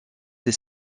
des